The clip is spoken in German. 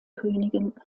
königen